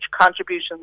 contributions